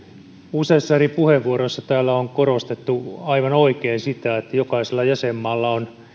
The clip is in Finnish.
useissa eri puheenvuoroissa täällä on korostettu aivan oikein sitä että jokaisella jäsenmaalla on